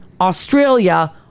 Australia